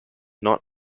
not